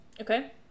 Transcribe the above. Okay